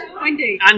Wendy